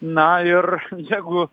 na ir jeigu